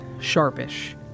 sharpish